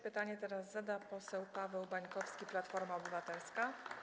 Pytanie zada poseł Paweł Bańkowski, Platforma Obywatelska.